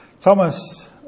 Thomas